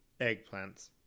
Eggplants